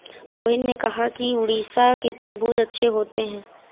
रोहित ने कहा कि उड़ीसा के तरबूज़ अच्छे होते हैं